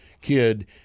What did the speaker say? kid